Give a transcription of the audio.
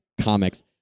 Comics